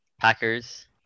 packers